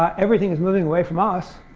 everything is moving away from us,